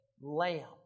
lamb